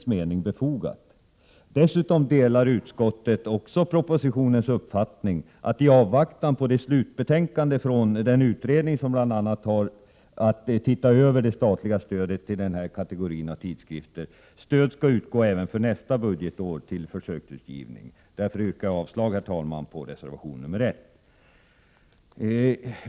7 april 1988 Dessutom delar utskottet propositionens uppfattning att, i avvaktan på G 4 Vissa anslag inom slutbetänkandet från den utredning som bl.a. har att se över det statliga 2 - dd då E 3 ä & pv utrikesdepartementets stödet till denna kategori av tidsskrifter, stöd skall utgå även nästa budgetår SMiråde till försöksutgivning. Jag yrkar därför avslag på reservation nr 1.